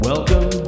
Welcome